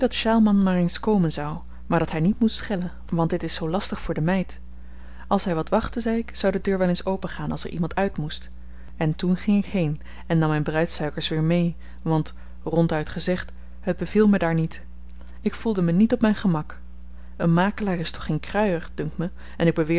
maar eens komen zou maar dat hy niet moest schellen want dit is zoo lastig voor de meid als hy wat wachtte zei ik zou de deur wel eens opengaan als er iemand uit moest en toen ging ik heen en nam myn bruidsuikers weer mee want ronduit gezegd het beviel me daar niet ik voelde me niet op myn gemak een makelaar is toch geen kruier dunkt me en ik